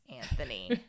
Anthony